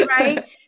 Right